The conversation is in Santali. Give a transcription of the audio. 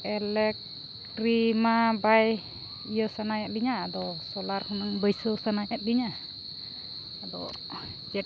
ᱤᱞᱮᱠᱴᱨᱤᱢᱟ ᱵᱟᱭ ᱤᱭᱟ ᱥᱟᱱᱟᱭᱮᱫ ᱞᱤᱧᱟ ᱟᱫᱚ ᱥᱳᱞᱟᱨ ᱦᱩᱱᱟᱹᱜ ᱵᱟᱹᱭᱥᱟᱹᱣ ᱥᱟᱱᱟᱭᱮᱫ ᱞᱤᱧᱟᱹ ᱟᱫᱚ ᱪᱮᱫ